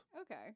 Okay